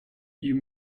you